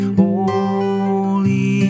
holy